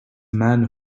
man